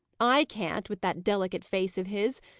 i can't, with that delicate face of his.